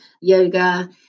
yoga